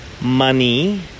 money